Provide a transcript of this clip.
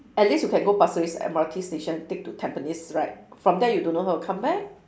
at least you can go pasir ris M_R_T station take to tampines right from there you don't know how to come back